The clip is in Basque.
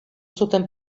zuten